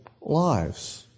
lives